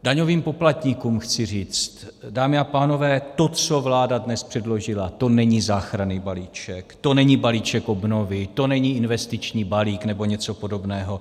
Daňovým poplatníkům chci říct, dámy a pánové, to, co vláda dnes předložila to není záchranný balíček, to není balíček obnovy, to není investiční balík nebo něco podobného.